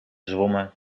zwommen